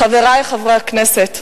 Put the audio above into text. חברי חברי הכנסת,